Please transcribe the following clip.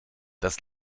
das